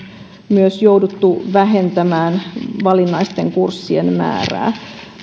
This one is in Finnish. myös jouduttu vähentämään valinnaisten kurssien määrää